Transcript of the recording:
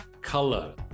Color